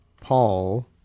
Paul